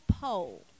poll